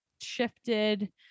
shifted